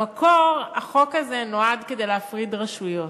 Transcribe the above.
במקור, החוק הזה נועד להפריד רשויות,